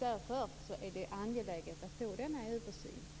Därför är det angeläget att få denna översyn.